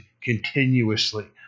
continuously